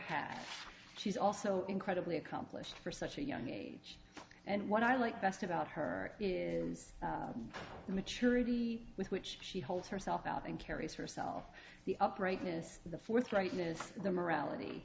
had she's also incredibly accomplished for such a young age and what i like best about her is the maturity with which she holds herself out and carries herself the uprightness the forthrightness the morality